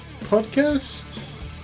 Podcast